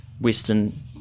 western